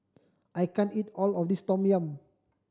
I can't eat all of this tom yum